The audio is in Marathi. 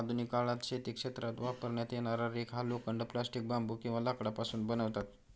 आधुनिक काळात शेती क्षेत्रात वापरण्यात येणारा रेक हा लोखंड, प्लास्टिक, बांबू किंवा लाकडापासून बनवतात